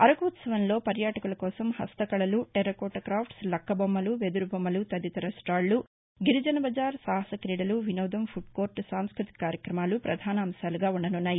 అరకు ఉత్సవంలో పర్యాటకుల కోసం హస్తకళలు టెర్రకోట క్రాప్ట్ లక్క టొమ్మలు వెదురు బొమ్మలు తదితర స్టాళ్లు గిరిజన బజార్ సాహస క్రీడలు వినోదం ఫుడ్ కోర్టు సాంస్కృతిక కార్యక్రమాలు ప్రపధానాంశాలుగా ఉండనున్నాయి